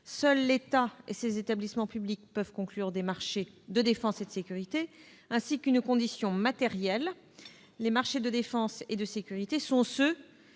seuls l'État et ses établissements publics peuvent conclure des marchés de défense et de sécurité. La seconde condition est matérielle : les marchés de défense et de sécurité sont ceux